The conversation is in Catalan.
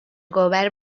govern